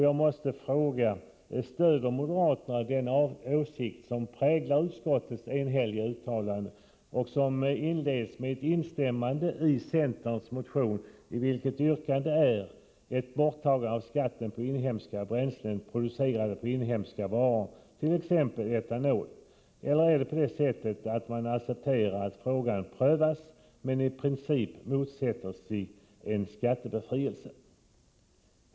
Jag måste fråga: Stöder moderaterna den åsikt som präglar skatteutskottets enhälliga uttalande, som inleds med ett instämmande i centerns motion 113, i vilken yrkandet är ett borttagande av skatten på inhemska bränslen, producerade på inhemska varor, t.ex. etanol — eller är det på det sättet att man accepterar att frågan prövas men i princip motsätter sig en skattebefrielse?